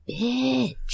bitch